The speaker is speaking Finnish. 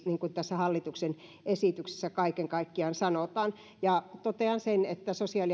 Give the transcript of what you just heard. niin kuin tässä hallituksen esityksessä kaiken kaikkiaan sanotaan ja totean että sosiaali